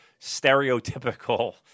stereotypical